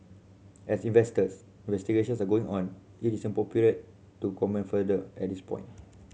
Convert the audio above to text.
as investors investigations are ongoing it is inappropriate to comment further at this point